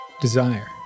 Desire